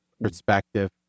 perspective